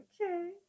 Okay